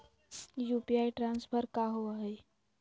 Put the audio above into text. UPI transfer का होव हई?